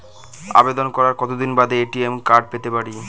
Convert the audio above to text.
আবেদন করার কতদিন বাদে এ.টি.এম কার্ড পেতে পারি?